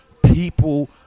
People